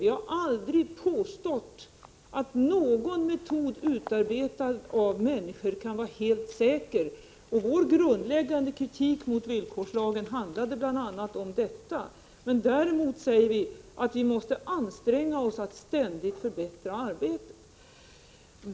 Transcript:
Vi har aldrig påstått att någon metod utarbetad av människor kan vara helt säker. Vår grundläggande kritik mot villkorslagen handlade bl.a. om detta. Däremot säger vi att vi måste anstränga oss att ständigt förbättra arbetet.